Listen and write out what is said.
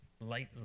lightly